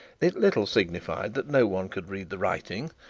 it little signified that no one could read the writing,